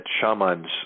shamans